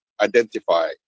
identify